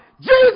Jesus